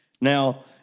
Now